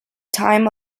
time